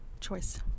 choice